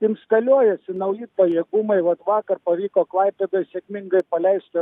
instaliuojasi nauji pajėgumai vat vakar pavyko klaipėdoj sėkmingai paleisti